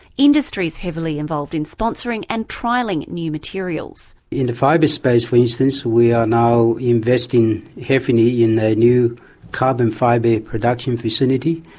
industry is heavily involved in sponsoring and trialling new materials. in the fibre space, for instance, we are now investing heavily in the new carbon fibre production facility,